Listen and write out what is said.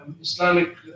Islamic